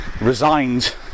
Resigned